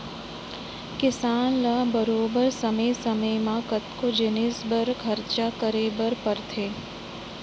किसान ल बरोबर समे समे म कतको जिनिस बर खरचा करे बर परथे